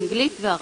אנגלית וערבית.